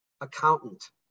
accountant